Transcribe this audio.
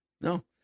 no